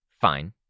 Fine